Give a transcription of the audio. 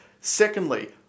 Secondly